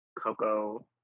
Coco